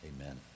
amen